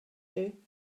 you